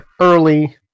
early